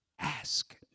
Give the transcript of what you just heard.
ask